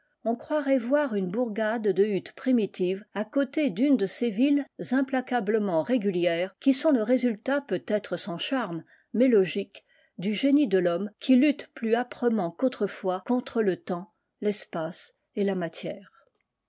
on croirait voir une bourgade de hutte primitives à côté d'une de ces villes implacablement régulières qui sont le résultat peut-être sans charmes mais logique du génie de l'homme qui lutte plus âprement qu'autrefois contre le temps l'espace et la matière